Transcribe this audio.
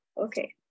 Okay